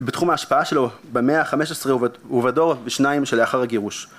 בתחום ההשפעה שלו במאה ה-15 ובדור בשניים שלאחר הגירוש